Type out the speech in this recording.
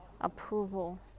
Approval